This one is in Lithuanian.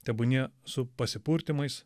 tebūnie su pasipurtymais